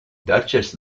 duchess